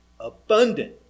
abundant